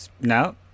no